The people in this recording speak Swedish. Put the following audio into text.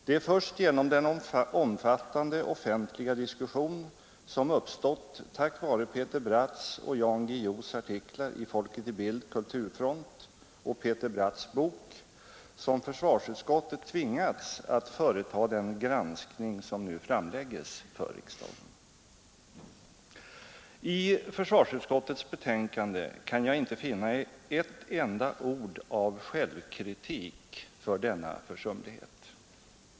Det är först genom den omfattande offentliga diskussion som uppstått tack vare Peter Bratts och Jan Guillous artiklar i Folket i Bild/Kulturfront och Peter Bratts bok som försvarsutskottet tvingats att företa den granskning som nu framläggs för riksdagen. I försvarsutskottets betänkande kan jag inte finna ett enda ord av självkritik för denna försumlighet.